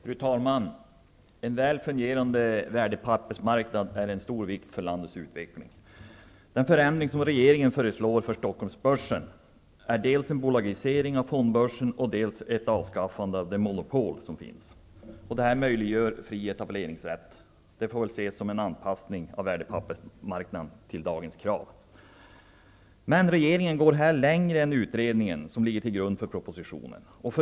Fru talman! En väl fungerande värdepappersmarknad är av stort vikt för landets utveckling. Den förändring som regeringen föreslår för Stockholmsbörsen är dels en bolagisering av fondbörsen, dels ett avskaffande av det monopol som finns, vilket möjliggör fri etableringsrätt. Det får väl ses som en anpassning till dagens krav på värdepappersmarknaden. Regeringen går här emellertid längre än man gör i utredningen, som ligger till grund för propositionen.